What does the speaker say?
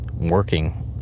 working